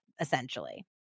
essentially